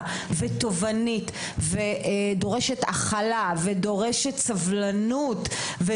ותובענית ודורשת הכלה ודורשת סבלנות,